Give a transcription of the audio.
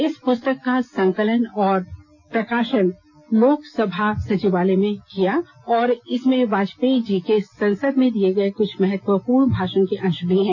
इस पुस्तक का संकलन और प्रकाशन लोकसभा सचिवालय ने किया है और इसमें वाजपेयी जी के संसद में दिए गए कुछ महत्वपूर्ण भाषण के अंश हैं